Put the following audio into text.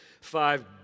five